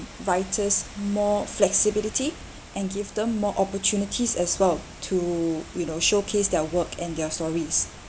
writers more flexibility and give them more opportunities as well to you know showcase their work and their stories